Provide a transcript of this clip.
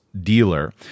dealer